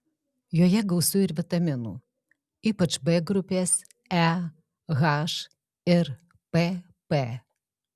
joje gausu ir vitaminų ypač b grupės e h ir pp